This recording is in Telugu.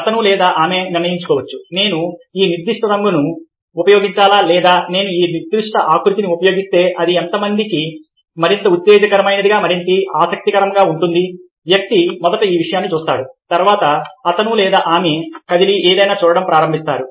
అతను లేదా ఆమె నిర్ణయించుకోవచ్చు నేను ఈ నిర్దిష్ట రంగును ఉపయోగించాలా లేదా నేను ఈ నిర్దిష్ట ఆకృతిని ఉపయోగిస్తే అది మరింత ఉత్తేజకరమైనదిగా మరింత ఆసక్తికరంగా ఉంటుంది వ్యక్తి మొదట ఈ విషయాన్ని చూస్తాడు తర్వాత అతను లేదా ఆమె కదిలి ఏదైనా చూడటం ప్రారంభిస్తారు